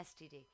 STD